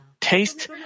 taste